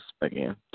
again